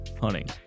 Hunting